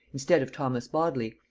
instead of thomas bodley,